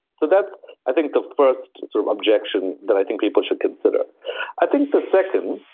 so that's i think, the first sort of objection that i think people should consider i think the second,